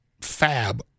fab